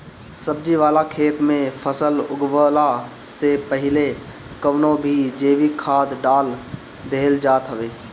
सब्जी वाला खेत में फसल उगवला से पहिले कवनो भी जैविक खाद डाल देहल जात हवे